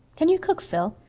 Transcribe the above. can you cook, phil?